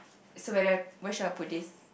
so where do I where should I put this